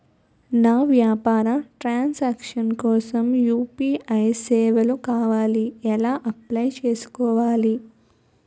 నా వ్యాపార transaction కోసం యు.పి.ఐ సేవలు కావాలి ఎలా అప్లయ్ చేసుకోవాలి?